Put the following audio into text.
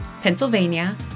Pennsylvania